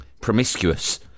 promiscuous